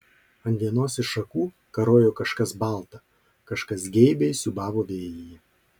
ant vienos iš šakų karojo kažkas balta kažkas geibiai siūbavo vėjyje